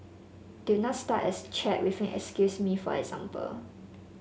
do not start as chat with an excuse me for example